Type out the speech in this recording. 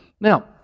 Now